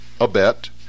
Abet